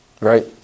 Right